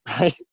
right